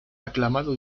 aclamado